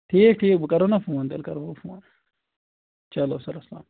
ٹھیٖک ٹھیٖک بہٕ کرو نہ فون تیٚلہِ کرو بہٕ فون چلو سَر اَسلام علیکُم